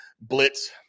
blitz